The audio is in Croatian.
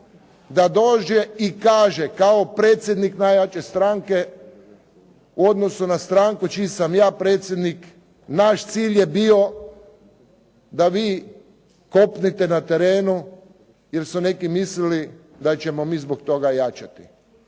da dođe i kaže kao predsjednik najjače stranke u odnosu na stranku čiji sam ja predsjednik, naš cilj je bio da vi kopnite na terenu jer su neki mislili da ćemo mi zbog toga jačati.